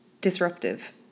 disruptive